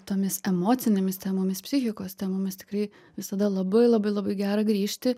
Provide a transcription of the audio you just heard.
tomis emocinėmis temomis psichikos temomis tikrai visada labai labai labai gera grįžti